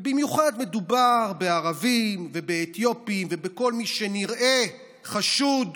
ובמיוחד מדובר בערבים ובאתיופים ובכל מי שנראה חשוד.